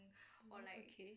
oh okay